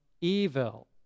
evil